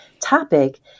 topic